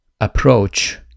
approach